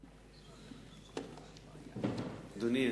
אדוני,